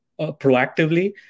proactively